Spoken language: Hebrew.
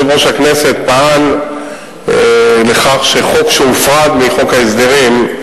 יושב-ראש הכנסת פעל לכך שהחוק שהופרד מחוק ההסדרים,